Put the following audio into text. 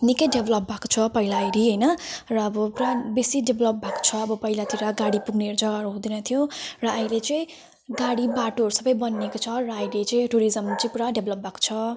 निकै डेभ्लप भएको छ पहिला हेरी होइन र अब पुरा बेसी डेभ्लप भएको छ अब पहिलातिर गाडी पुग्ने जग्गाहरू हुँदैन थियो र अहिले चाहिँ गाडी बाटोहरू सबै बनिएको छ र अहिले चाहिँ टुरिजम चाहिँ पुरा डेभ्लप भएको छ